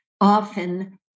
often